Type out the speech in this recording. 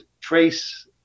trace